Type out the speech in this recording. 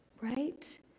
Right